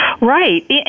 Right